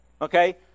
Okay